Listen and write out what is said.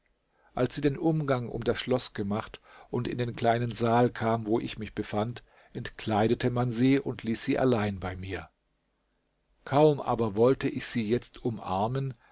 als sie den umgang um das schloß gemacht und in den kleinen saal kam wo ich mich befand entkleidete man sie und ließ sie allein bei mir kaum aber wollte ich sie jetzt umarmen